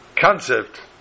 concept